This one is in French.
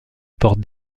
porte